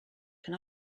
can